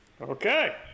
okay